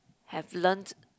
have learnt